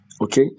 okay